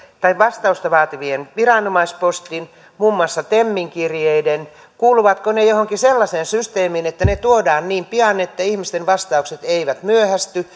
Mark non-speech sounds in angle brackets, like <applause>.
tai vastausta vaativan viranomaispostin muun muassa temin kirjeiden kuuluvatko ne johonkin sellaiseen systeemiin että ne tuodaan niin pian että ihmisten vastaukset eivät myöhästy <unintelligible>